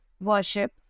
worship